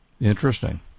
Interesting